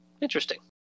Interesting